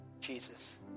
jesus